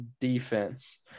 defense